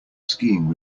skiing